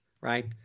Right